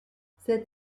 cette